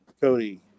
Cody